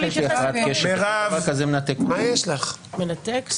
כזה מנתק את חוט מחשבה.